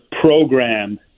program